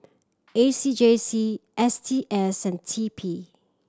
A C J C S T S and T P